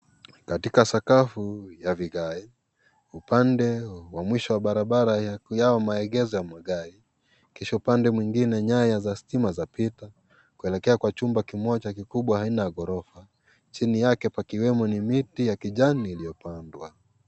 Katika sakafu ya vigae. Upande wa mwisho wa barabara yao maegesho ya magari. Kisha upande mwingine nyaya za stima zapita kwelekea kwa chumba kimoja kikubwa aina ya ghorofa. Chini yake wakiwemo ni miti ya kijani iliyopandwa.